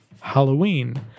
Halloween